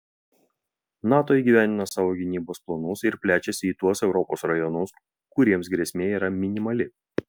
nato įgyvendina savo gynybos planus ir plečiasi į tuos europos rajonus kuriems grėsmė yra minimali